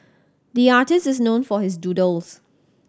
the artist is known for his doodles